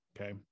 okay